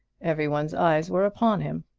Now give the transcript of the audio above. everyone's eyes were upon him.